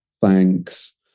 thanks